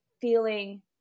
feeling